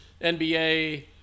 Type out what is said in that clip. NBA